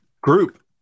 group